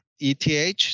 eth